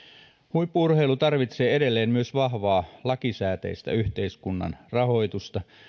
huippu urheilu tarvitsee edelleen myös vahvaa lakisääteistä yhteiskunnan rahoitusta